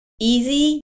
Easy